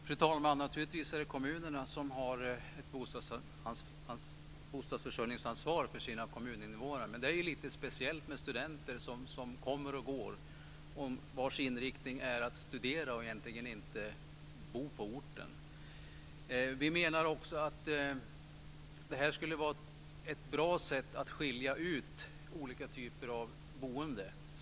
Fru talman! Det är naturligtvis kommunerna som har ett bostadsförsörjningsansvar för sina kommuninvånare, men det är lite speciellt med studenter som kommer och går och vars inriktning är att studera. De bor ju egentligen inte på orten. Vi menar också att det här skulle vara ett bra sätt att skilja ut olika typer av boende.